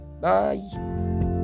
Bye